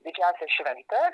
didžiąsias šventes